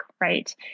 right